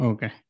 Okay